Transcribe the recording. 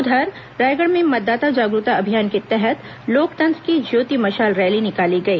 उधर रायगढ़ में मतदाता जागरूकता अभियान के तहत लोकतंत्र की ज्योति मशाल रैली निकाली गई